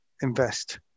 invest